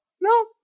No